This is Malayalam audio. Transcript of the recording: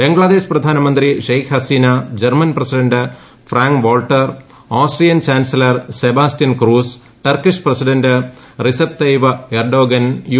ബംഗ്ലാദേശ് പ്രധാനമന്ത്രി Sheikh Hasina German president Frank Walter Austrian chancellor Sebastian Kurz Turkish president Recep Tayyip Erdogan U